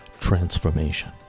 transformation